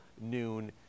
noon